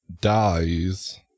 dies